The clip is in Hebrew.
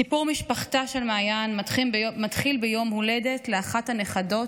סיפור משפחתה של מעיין מתחיל ביום הולדת לאחת הנכדות,